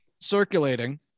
circulating